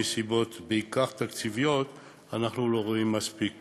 מסיבות בעיקר תקציביות אנחנו לא רואים מספיק